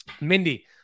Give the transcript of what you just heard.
Mindy